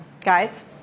Guys